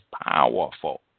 powerful